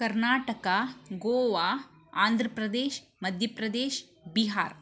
Karnataka Goa Andhra Pradesh Madhya Pradesh Bihar